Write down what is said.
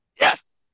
Yes